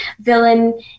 villain